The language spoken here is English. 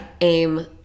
aim